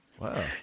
wow